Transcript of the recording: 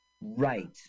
Right